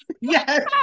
Yes